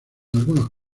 algunos